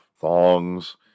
thongs